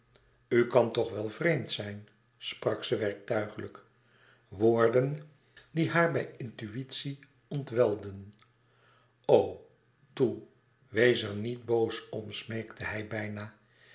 kan toch wel vreemd zijn sprak ze werktuigelijk woorden die haar bij intuïtie ontwelden o toe wees er niet boos om smeekte hij bijna